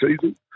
season